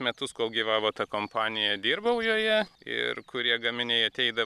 metus kol gyvavo ta kompanija dirbau joje ir kurie gaminiai ateidavo